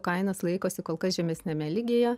kainos laikosi kol kas žemesniame lygyje